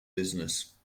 business